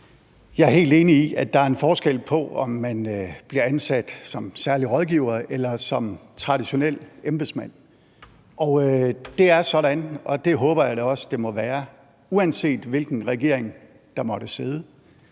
Jeg er helt enig i, at der er en forskel på, om man bliver ansat som særlig rådgiver eller som traditionel embedsmand. Det er sådan – og sådan håber jeg da også at det må være, uanset hvilken regering der måtte sidde